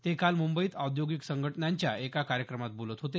ते काल मुंबईत औद्योगिक संघटनांच्या एका कार्यक्रमात बोलत होते